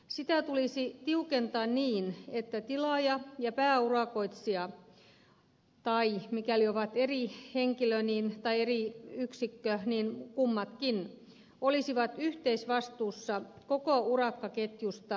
ensinnäkin tilaajavastuulakia tulisi tiukentaa niin että tilaaja ja pääurakoitsija tai kummatkin mikäli ovat eri henkilö tai eri yksikkö olisivat yhteisvastuussa koko urakkaketjusta alihankkijoiden kanssa